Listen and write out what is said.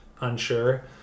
unsure